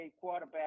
quarterback